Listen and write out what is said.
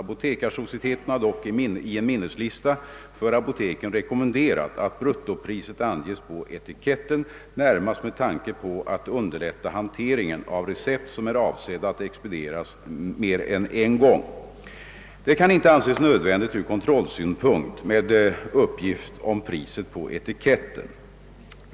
Apotekarsocieteten har dock i en minneslista för apoteken rekommenderat att bruttopriset anges på etiketten, närmast med tanke på att underlätta hanteringen av recept som är avsedda att expedieras mer än en gång. Det kan inte anses nödvändigt ur kontrollsynpunkt med uppgift om priset på etiketten.